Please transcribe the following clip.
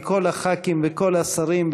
כי כל הח"כים וכל השרים,